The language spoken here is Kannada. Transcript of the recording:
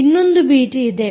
ಇನ್ನೊಂದು ಬೀಟ್ ಇದೆ